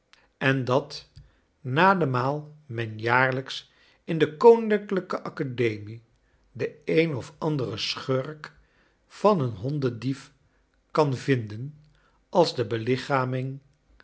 en dat nademaal men jaarlijks in de koninklijke academie den een of anderen schurk van een hondendief kan vinden als de belichaming